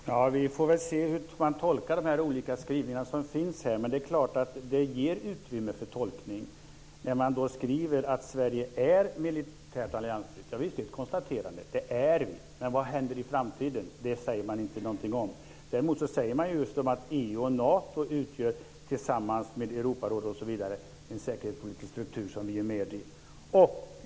Herr talman! Vi får väl se hur de olika skrivningar som finns här kommer att tolkas. Men det är klart att det ger utrymme för tolkning när man skriver att Sverige är militärt alliansfritt. Ja, det är ett konstaterande: Det är vi. Men vad händer i framtiden? Det säger man inte någonting om. Däremot säger man att "EU och Nato utgör, tillsammans med Europarådet" osv. en säkerhetspolitisk struktur som vi är med i.